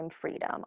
freedom